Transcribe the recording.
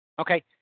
Okay